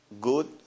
good